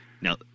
Now